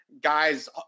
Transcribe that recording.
guys